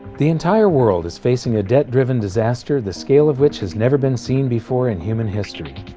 the entire world is facing a debt driven disaster the scale of which has never been seen before in human history.